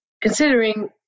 considering